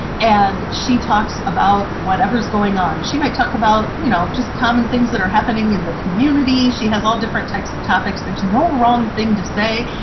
and she talks about whatever's going on. she might talk about you know just common things that are happening in the community. she has all different types of topics. there's no wrong thing to say,